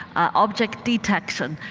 object detection.